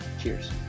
Cheers